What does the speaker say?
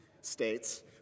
states